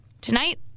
Tonight